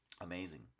Amazing